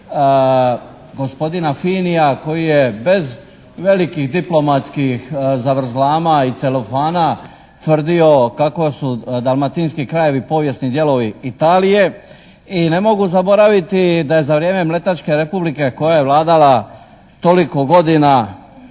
gospodina Finija koji je bez velikih diplomatskih zavrzlama i celofana tvrdio kako su dalmatinski krajevi povijesni dijelovi Italije. I ne mogu zaboraviti da je za vrijeme Mletačke Republike koja je vladala toliko godina